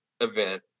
event